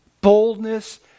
Boldness